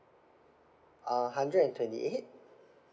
uh hundred and twenty eight